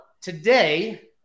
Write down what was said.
today